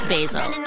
Basil